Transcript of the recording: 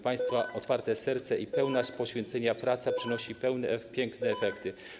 Państwa otwarte serca i pełna poświęcenia praca przynoszą piękne efekty.